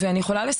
אני תמיד שואלת: